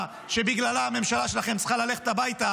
שבגללה הממשלה שלכם צריכה ללכת הביתה,